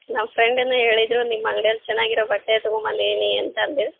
ನಮ್ಮ ಫ್ರೆಂಡ್ ಏನೋ ಹೇಳಿದ್ರು ನಿಮ್ಮ ಅಂಗ್ಡಿಯಲ್ಲಿ ಚೆನ್ನಾಗಿರೋ ಬಟ್ಟೆ ತಗೊಂಬಂದಿದ್ದೀನಿ ಅಂತಂದು